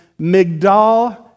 Migdal